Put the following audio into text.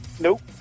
Nope